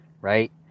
Right